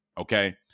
Okay